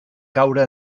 caure